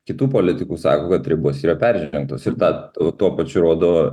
kitų politikų sako kad ribos yra peržengtos ir tą o tuo pačiu rodo